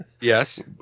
Yes